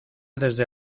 desde